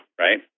right